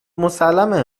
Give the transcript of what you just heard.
مسلمه